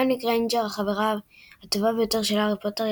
הרמיוני גריינג'ר – החברה הטובה ביותר של הארי פוטר,